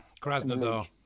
Krasnodar